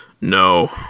No